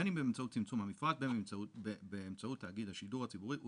בין אם באמצעות צמצום המפרט או בין אם באמצעות תאגיד השידור הציבורי,